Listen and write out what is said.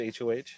hoh